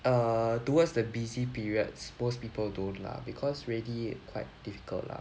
err towards the busy periods most people don't lah because really quite difficult lah